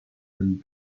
him